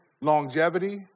longevity